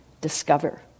discover